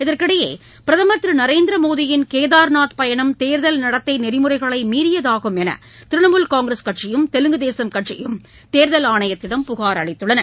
இதற்கிடையே பிரதமர் திரு நரேந்திர மோதியின் கேதார்நாத் பயணம் தேர்தல் நடத்தை நெறிமுறைகளை மீறியதாகும் என்று த்ரிணமுல் காங்கிரஸ் கட்சியும் தெலுங்கு தேசக் கட்சியும் தேர்தல் ஆணையத்திடம் புகார் அளித்துள்ளன